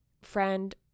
friend